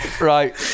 Right